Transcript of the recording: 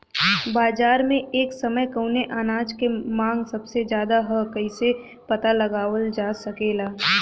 बाजार में एक समय कवने अनाज क मांग सबसे ज्यादा ह कइसे पता लगावल जा सकेला?